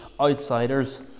outsiders